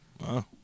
Wow